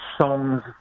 songs